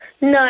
No